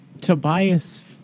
Tobias